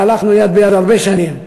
והלכנו יד ביד הרבה שנים.